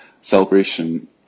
Celebration